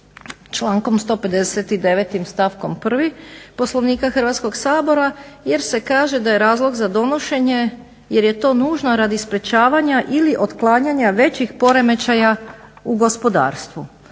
člankom 159. stavkom 1. Poslovnika Hrvatskog sabora jer se kaže da je razlog za donošenje jer je to nužno radi sprečavanja ili otklanjanja većih poremećaja u gospodarstvu.